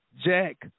jack